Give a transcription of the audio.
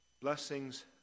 blessings